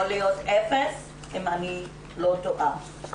יכול להיות אפס, אם אני לא טועה.